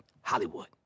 Hollywood